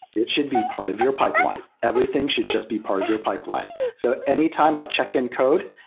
it should be part of your pipeline. everything should just be part of your pipeline. so anytime i check in code,